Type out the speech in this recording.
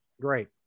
Great